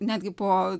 netgi po